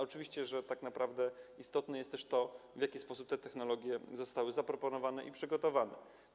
Oczywiście, że tak naprawdę istotne jest też to, w jaki sposób te technologie zostały zaproponowane i przygotowane.